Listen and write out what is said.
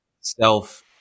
self